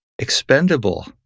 expendable